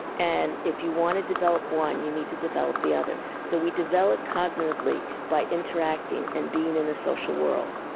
and if you want to develop one you need to develop the other. so we develop cognitively by interacting and being in a social world.